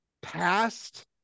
past